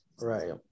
Right